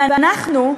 ואנחנו,